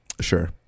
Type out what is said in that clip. Sure